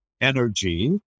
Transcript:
energy